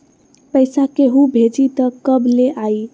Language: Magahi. पैसा केहु भेजी त कब ले आई?